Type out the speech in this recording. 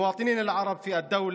(אומר דברים בשפה הערבית,